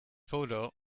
photo